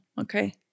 Okay